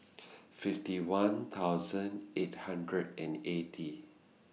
fifty one thousand eight hundred and eighty